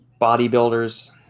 bodybuilders